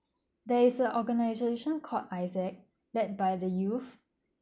there is a organization called ISAAC lead by the youth